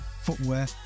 footwear